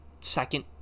second